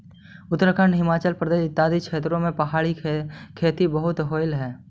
उत्तराखंड, हिमाचल इत्यादि क्षेत्रों में पहाड़ी खेती बहुत होवअ हई